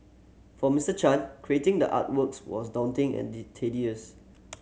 for Mister Chan creating the artworks was daunting and tedious